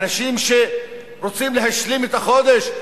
האנשים שרוצים להשלים את החודש,